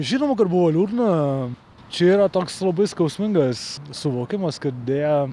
žinoma kad buvo liūdna čia yra toks labai skausmingas suvokimas kad deja